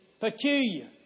peculiar